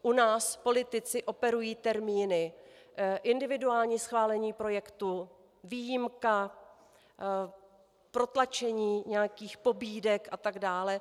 U nás politici operují termíny individuální schválení projektu, výjimka, protlačení nějakých pobídek atd.